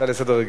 הצעה רגילה.